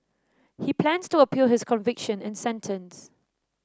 he plans to appeal his conviction and sentence